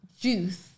juice